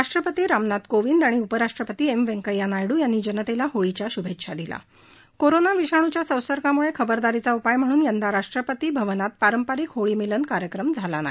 राष्ट्रपती रामनाथ कोविंद आणि उपराष्ट्रपती एम व्यंकय्या नायडू यांनी जनतेला होळीच्या श्भेच्छा दिल्या कोरोना विषाण्च्या संसर्गामुळे खबरदारीचा उपाय म्हणून यंदा राष्ट्रपती भवनात पारंपरिक होळी मिलन कार्यक्रम झाला नाही